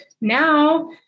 now